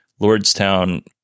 Lordstown